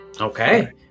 Okay